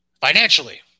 financially